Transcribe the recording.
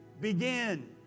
begin